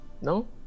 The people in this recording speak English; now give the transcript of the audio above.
No